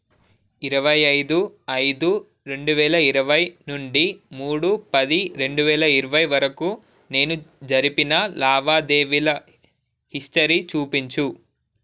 ఇరవై ఐదు ఐదు రెండు వేల ఇరవై నుండి మూడు పది రెండువేల ఇరవై వరకు నేను జరిపిన లావాదేవీల హిస్టరీ చూపించు